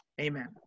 Amen